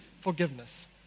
forgiveness